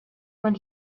when